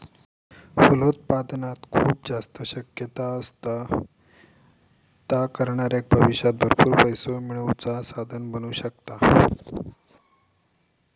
फलोत्पादनात खूप जास्त शक्यता असत, ता करणाऱ्याक भविष्यात भरपूर पैसो मिळवुचा साधन बनू शकता